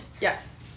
Yes